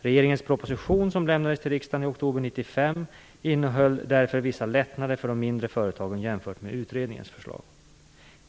Regeringens proposition, som lämnades till riksdagen i oktober 1995 , innehöll därför vissa lättnader för de mindre företagen jämfört med utredningens förslag.